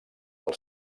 del